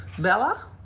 Bella